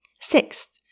Sixth